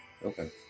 Okay